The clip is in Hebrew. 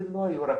אלה לא היו רק